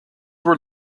were